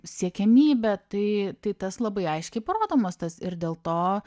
siekiamybė tai tai tas labai aiškiai parodomas tas ir dėl to